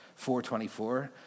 4.24